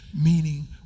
Meaning